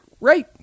right